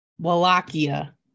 Wallachia